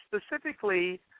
specifically